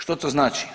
Što to znači?